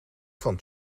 van